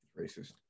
racist